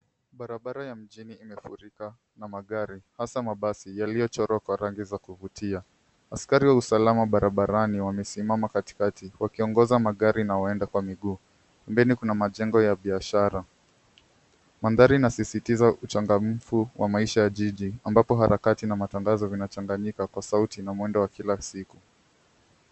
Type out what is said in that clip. Barabara ya mjini imefurika na magari hasa mabasi yaliyochorwa kwa rangi ya kuvutia. Askari wa usalama barabarani wamesimama katikati wakiongoza magari na waenda kwa miguu. Mbele kuna majengo ya biashara . Mandhari inasisitiza uchangamfu wa maisha ya jiji ambapo harakati na matangazo vinachanganyika kwa sauti na mwendo wa kila siku.